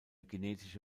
genetische